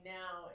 now